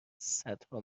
صدها